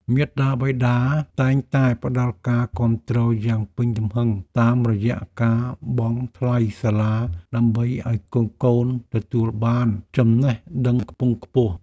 មាតាបិតាតែងតែផ្ដល់ការគាំទ្រយ៉ាងពេញទំហឹងតាមរយៈការបង់ថ្លៃសាលាដើម្បីឱ្យកូនៗទទួលបានចំណេះដឹងខ្ពង់ខ្ពស់។